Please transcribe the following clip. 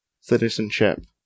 citizenship